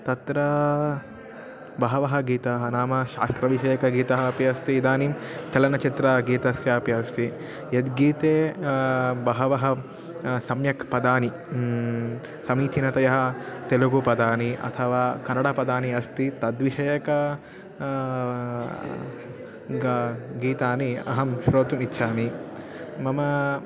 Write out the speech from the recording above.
तत्र बहूनि गीतानि नाम शास्त्रविषयकगीतानि अपि अस्ति इदानीं चलनचित्रगीतस्यापि अस्ति यद्गीते बहूनि सम्यक् पदानि समीचिनतया तेलुगुपदानि अथवा कन्नडपदानि अस्ति तद्विषयकानि ग गीतानि अहं श्रोतुमिच्छामि मम